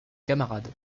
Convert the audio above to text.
camarades